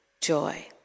joy